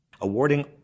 awarding